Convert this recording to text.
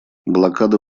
блокада